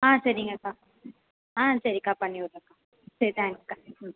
ஆ சரிங்கக்கா ஆ சரிக்கா பண்ணிவிடுகிறேன் சரி தேங்க்ஸ்க்கா ம்